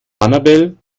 annabel